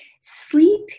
sleep